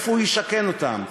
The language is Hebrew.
איפה הוא ישכן אותם?